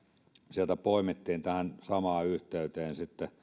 sieltä poimittiin tähän samaan yhteyteen